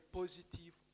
positive